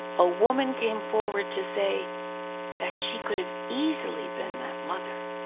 a woman came forward to say that she could've easily been that mother,